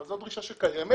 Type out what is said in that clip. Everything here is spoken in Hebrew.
אבל זו דרישה שקיימת